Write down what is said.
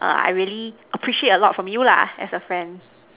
err I really appreciate a lot from you lah as a friend